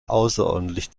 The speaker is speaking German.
außerordentlich